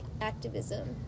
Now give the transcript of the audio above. activism